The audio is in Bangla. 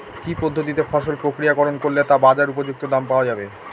কি পদ্ধতিতে ফসল প্রক্রিয়াকরণ করলে তা বাজার উপযুক্ত দাম পাওয়া যাবে?